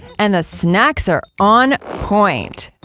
and the snacks are on point!